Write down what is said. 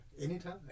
Anytime